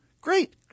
Great